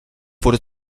wurde